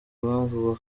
impamvu